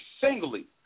singly